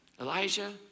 Elijah